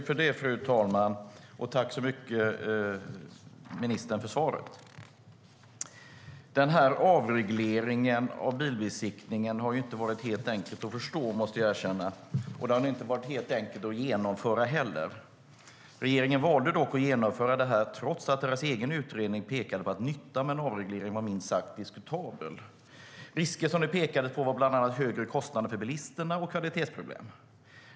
Fru talman! Tack, ministern, för svaret. Avregleringen av bilbesiktningen har ju inte varit helt enkel att förstå, måste jag erkänna. Det har nog inte heller varit helt enkelt att genomföra den. Regeringen valde dock att genomföra avregleringen, trots att regeringens egen utredning pekade på att nyttan med en sådan var minst sagt diskutabel. Risker som det pekades på var bland annat högre kostnader för bilisterna och kvalitetsproblem.